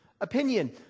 opinion